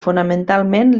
fonamentalment